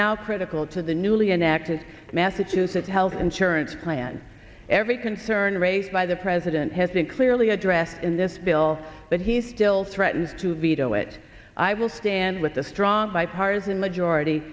now critical to the newly enacted massachusetts health insurance plan every concern raised by the president has been clearly addressed in this bill but he still threatens to veto it i will stand with a strong bipartisan majority